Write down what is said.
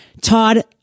Todd